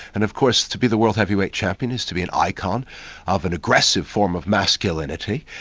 and of course to be the world heavyweight champion is to be an icon of an aggressive form of masculinity.